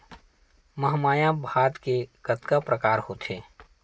महमाया भात के कतका प्रकार होथे?